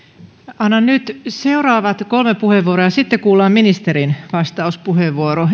annan nyt seuraavat kolme puheenvuoroa ja sitten kuullaan ministerin vastauspuheenvuoro